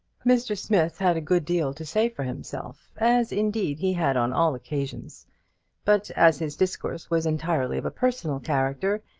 mr. smith had a good deal to say for himself, as indeed he had on all occasions but as his discourse was entirely of a personal character,